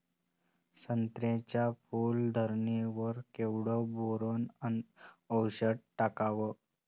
संत्र्याच्या फूल धरणे वर केवढं बोरोंन औषध टाकावं?